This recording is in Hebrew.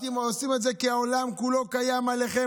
אתם עושים את זה כי העולם כולו קיים עליכם,